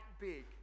big